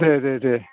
दे दे दे